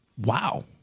Wow